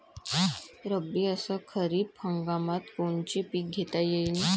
रब्बी अस खरीप हंगामात कोनचे पिकं घेता येईन?